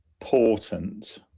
important